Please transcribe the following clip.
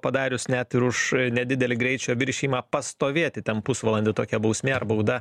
padarius net ir už nedidelį greičio viršijimą pastovėti ten pusvalandį tokia bausmė ar bauda